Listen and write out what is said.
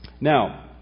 Now